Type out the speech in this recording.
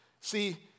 See